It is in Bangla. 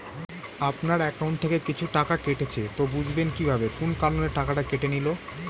আপনার একাউন্ট থেকে কিছু টাকা কেটেছে তো বুঝবেন কিভাবে কোন কারণে টাকাটা কেটে নিল?